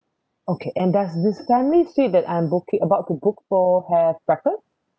okay and does this family suite that I'm booking about to book for have breakfast